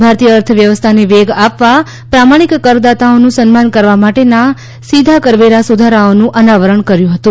ભારતીય અર્થવ્યવસ્થાને વેગ આપવા પ્રામાણિક કરદાતાઓનું સન્માન કરવા માટેના સીધા કરવેરા સુધારાઓનું અનાવરણ કર્યુ હતું